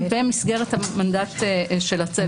במסגרת המנדט של הצוות.